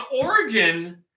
Oregon